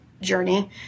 journey